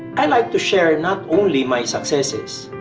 i like to share not only my successes.